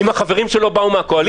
עם החברים שלא באו מהקואליציה?